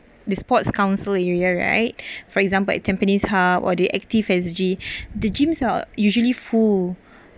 the sports council area right for example at tampines hub or the active S_G the gyms are usually full